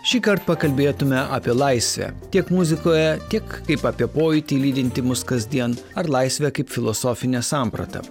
šįkart pakalbėtume apie laisvę tiek muzikoje tiek kaip apie pojūt lydintį mus kasdien ar laisvę kaip filosofinę sampratą